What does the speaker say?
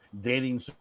dating